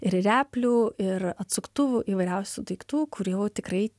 ir replių ir atsuktuvų įvairiausių daiktų kur jau tikrai